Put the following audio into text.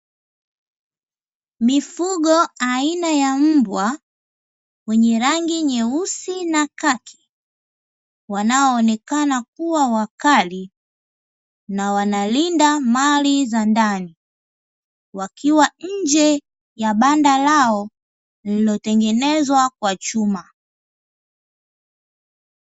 Mifugo aina ya mbwa wenye rangi nyeusi na khaki, wanaoonekana kuwa wakali, na wanalinda mali za ndani, wakiwa nje ya banda lao, lililotengenezwa kwa chuma.